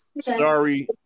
Sorry